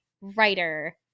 writer